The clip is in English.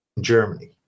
Germany